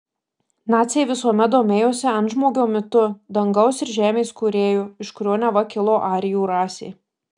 naciai visuomet domėjosi antžmogio mitu dangaus ir žemės kūrėju iš kurio neva kilo arijų rasė